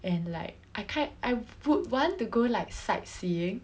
and like I ki~ I would want to go like sightseeing